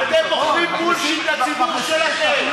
אתם מוכרים בולשיט לציבור שלכם.